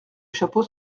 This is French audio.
chapeau